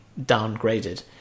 downgraded